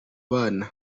bana